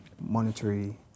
monetary